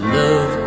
love